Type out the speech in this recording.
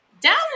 Down